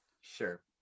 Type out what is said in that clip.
Sure